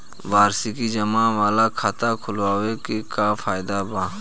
वार्षिकी जमा वाला खाता खोलवावे के का फायदा बा?